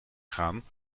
gaan